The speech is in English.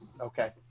Okay